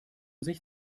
sich